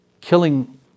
killing